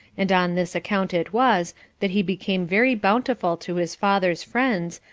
and on this account it was that he became very bountiful to his father's friends,